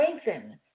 strengthen